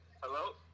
hello